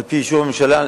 על-פי אישור הממשלה,